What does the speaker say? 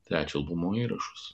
trečio albumo įrašus